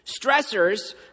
Stressors